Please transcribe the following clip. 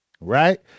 right